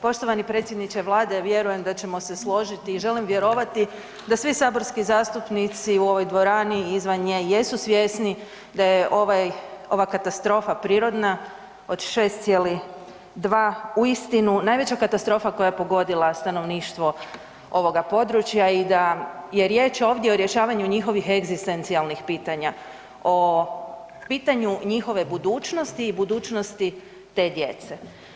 Poštovani predsjedniče Vlade, vjerujem da ćemo se složiti i želim vjerovati da svi saborski zastupnici u ovoj dvorani i izvan nje jesu svjesni da je ova katastrofa prirodna od 6,2 uistinu najveća katastrofa koja je pogodila stanovništva ovoga područja i da je riječ ovdje o rješavanju njihovih egzistencijalnih pitanja, o pitanju njihove budućnosti i budućnosti te djece.